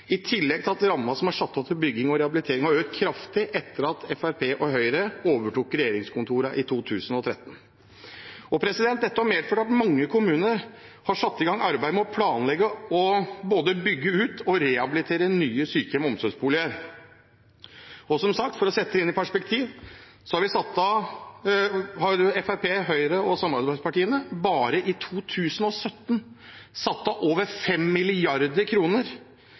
i tillegg til at rammen som er satt av til bygging og rehabilitering, har økt kraftig etter at Fremskrittspartiet og Høyre overtok regjeringskontorene i 2013. Dette har medført at mange kommuner har satt i gang arbeidet med å planlegge både å rehabilitere og bygge ut og bygge nye sykehjem og omsorgsboliger. For å sette det i perspektiv: Fremskrittspartiet, Høyre og samarbeidspartiene har bare i 2017 satt av over